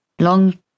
long